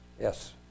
Yes